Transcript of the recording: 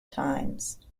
times